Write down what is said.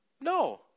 No